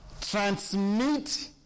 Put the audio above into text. transmit